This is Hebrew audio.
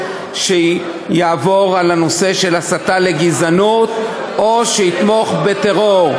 שיעבור על הנושא של הסתה לגזענות או שיתמוך בטרור.